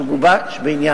של גז טבעי,